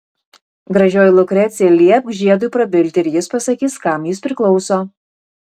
gražioji lukrecija liepk žiedui prabilti ir jis pasakys kam jis priklauso